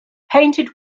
painted